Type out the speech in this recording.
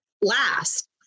last